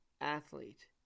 athlete